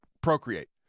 procreate